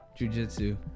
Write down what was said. jujitsu